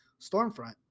Stormfront